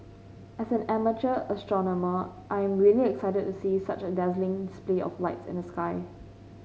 as an amateur astronomer I am really excited to see such a dazzling space of lights in the sky